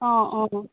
অ অ